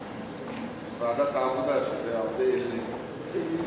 ועדת העבודה, זה עובדי אלילים.